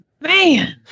Man